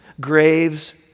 Graves